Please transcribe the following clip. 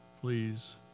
please